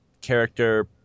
character